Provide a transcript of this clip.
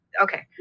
okay